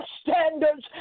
standards